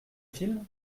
film